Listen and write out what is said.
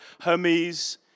Hermes